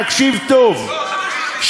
תקשיב טוב,